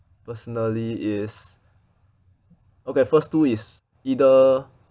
personally is okay first two is either